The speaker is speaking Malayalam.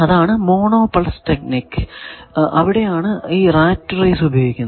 അതാണ് മോണോ പൾസ് ടെക്നിക് അവിടെ ആണ് ഈ റാറ്റ് റേസ് ഉപയോഗിക്കുന്നത്